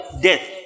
death